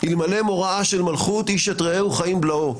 אלמלא מוראה של מלכות, איש את רעהו חיים בלעו.